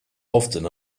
often